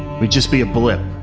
we'd just be a blip.